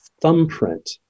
thumbprint